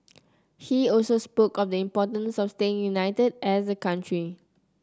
he also spoke of the importance of staying united as a country